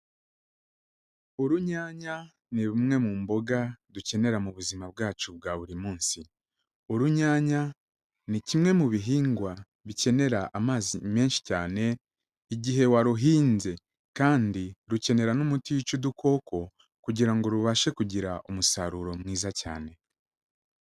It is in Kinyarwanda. Urunyanya ni rumwe mu mboga dukenera mu buzima bwacu bwa buri munsi, urunyanya ni kimwe mu bihingwa bikenera amazi menshi cyane igihe waruhinze, kandi rukenera n'umuti wica udukoko kugira ngo rubashe kugira umusaruro mwiza cyane.